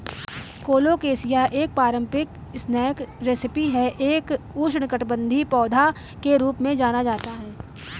colocasia एक पारंपरिक snack recipe है एक उष्णकटिबंधीय पौधा के रूप में जाना जाता है